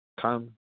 come